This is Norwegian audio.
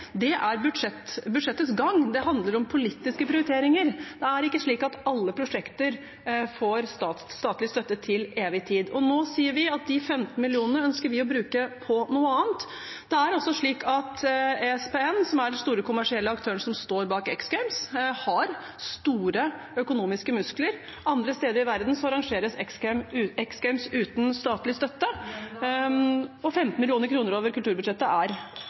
Det er budsjettets gang. Det handler om politiske prioriteringer. Det er ikke slik at alle prosjekter får statlig støtte til evig tid. Nå sier vi at de 15 mill. kr ønsker vi å bruke på noe annet. Det er også slik at ESPN, som er den store kommersielle aktøren som står bak X Games, har store økonomiske muskler. Andre steder i verden arrangeres X Games uten statlig støtte, og 15 mill. kr over kulturbudsjettet er